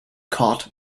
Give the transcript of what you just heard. caught